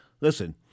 listen